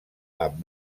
amb